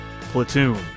Platoon